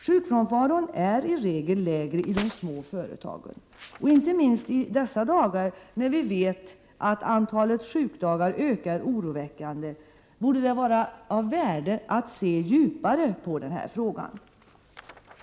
Sjukfrånvaron är i regel lägre i de små företagen, och inte minst i dessa dagar, när vi vet att antalet sjukdagar ökar oroväckande, borde det vara av värde att se djupare på den här frågan.